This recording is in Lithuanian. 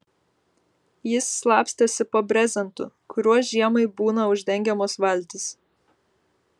jis slapstėsi po brezentu kuriuo žiemai būna uždengiamos valtys